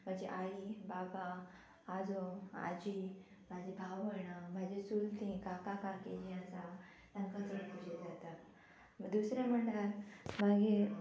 म्हाजी आई बाबा आजो आजी म्हाजी भाव भयणां म्हाजी चुलती काका काकी जी आसा तांकां चड खुशी जाता दुसरें म्हटल्यार मागीर